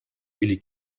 или